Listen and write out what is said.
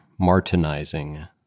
Martinizing